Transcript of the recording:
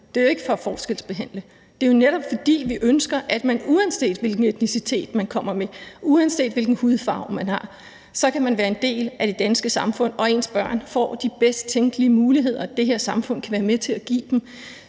Det er jo ikke for at forskelsbehandle. Det er jo netop, fordi vi ønsker, at man, uanset hvilken etnicitet man kommer med, og uanset hvilken hudfarve man har, kan være en del af det danske samfund, og at ens børn får de bedst tænkelige muligheder, det her samfund kan være med til at give dem.